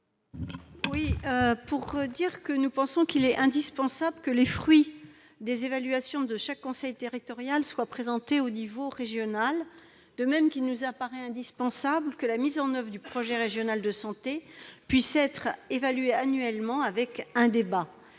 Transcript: Mme Laurence Cohen. Il est indispensable que le fruit des évaluations de chaque conseil territorial de santé soit présenté au niveau régional, de même qu'il nous paraît indispensable que la mise en oeuvre du projet régional de santé puisse être évaluée annuellement et